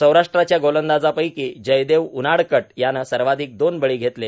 सौराष्ट्राच्या गोलंदाजापैकी जयदेव नाडकट यानं सर्वाधिक दोन बळी घेतले